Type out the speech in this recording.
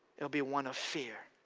it will be one of fear.